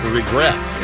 regret